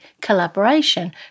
collaboration